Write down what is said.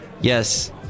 Yes